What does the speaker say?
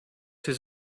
his